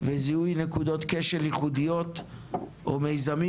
וזיהוי נקודות כשל ייחודיות או מיזמים